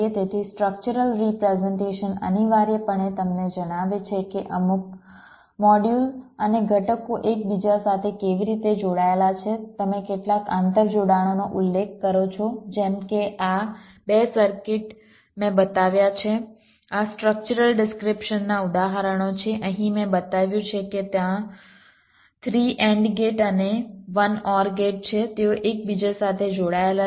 તેથી structural representation અનિવાર્યપણે તમને જણાવે છે કે અમુક મોડ્યુલ અને ઘટકો એકબીજા સાથે કેવી રીતે જોડાયેલા છે તમે કેટલાક આંતરજોડાણોનો ઉલ્લેખ કરો છો જેમ કે આ 2 સર્કિટ મેં બતાવ્યા છે આ સ્ટ્રક્ચરલ ડિસ્ક્રીપ્શનના ઉદાહરણો છે અહીં મેં બતાવ્યું છે કે ત્યાં 3 AND ગેટ અને 1 OR ગેટ છે તેઓ એકબીજા સાથે જોડાયેલા છે